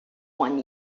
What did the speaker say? one